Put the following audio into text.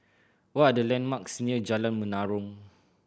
what are the landmarks near Jalan Menarong